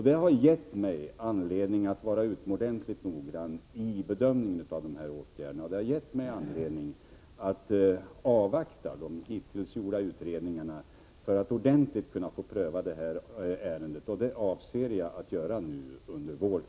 Detta har gett mig anledning att vara utomordentligt noggrann i bedömningen av dessa åtgärder, och jag har därför avvaktat de hittills gjorda utredningarna för att ordentligt kunna pröva ärendet, vilket jag avser att göra under våren.